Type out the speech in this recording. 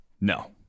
no